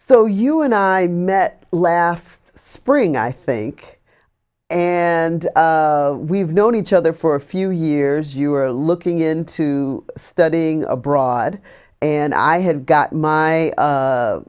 so you and i met last spring i think and we've known each other for a few years you were looking into studying abroad and i had got my